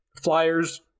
flyers